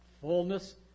fullness